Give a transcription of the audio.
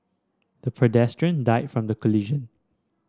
the pedestrian died from the collision